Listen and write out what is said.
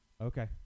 Okay